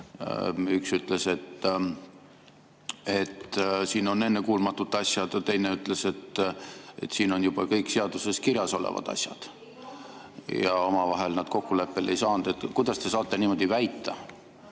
Üks ütles, et siin on ennekuulmatud asjad, ja teine ütles, et siin on kõik juba seaduses kirjas olevad asjad. Ja omavahel nad kokkuleppele ei saanud. Kuidas te saate niimoodi väita,